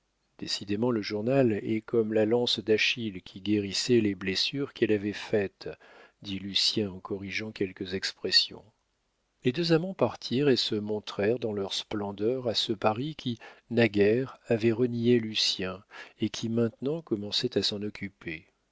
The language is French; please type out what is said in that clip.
décidément le journal est comme la lance d'achille qui guérissait les blessures qu'elle avait faites dit lucien en corrigeant quelques expressions les deux amants partirent et se montrèrent dans leur splendeur à ce paris qui naguère avait renié lucien et qui maintenant commençait à s'en occuper